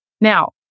Now